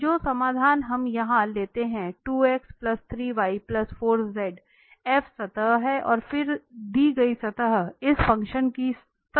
तो जो समाधान हम यहाँ लेते हैं f सतह हैं और दी गई सतह इस फ़ंक्शन की स्तर सतह है